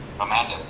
Amanda